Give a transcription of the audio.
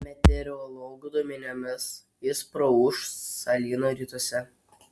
meteorologų duomenimis jis praūš salyno rytuose